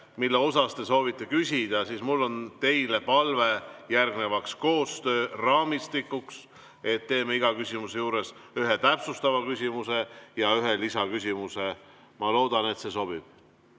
mille kohta te soovite küsida, siis mul on teile palve järgmiseks koostööraamistikuks. Teeme iga küsimuse juures ühe täpsustava küsimuse ja ühe lisaküsimuse. Ma loodan, et see sobib.